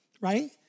Right